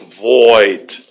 void